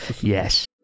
Yes